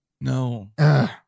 No